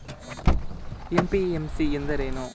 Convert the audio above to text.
MPMC ಎಂದರೇನು?